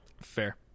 Fair